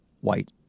white